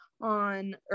on